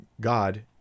God